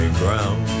ground